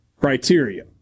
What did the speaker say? criteria